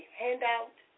handout